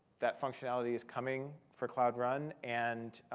that functionality is coming for cloud run. and